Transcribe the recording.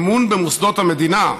אמון במוסדות המדינה,